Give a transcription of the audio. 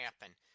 happen